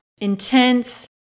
intense